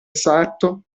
sarto